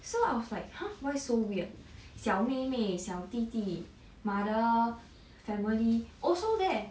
so I was like !huh! why so weird 小妹妹小弟弟 mother family also there